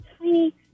tiny